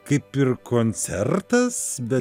kaip ir koncertas bet